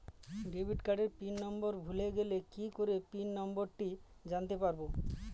Debit কার্ডের pin number ভুলে গেলে কি করে পিন নম্বরটি জানতে পারবো?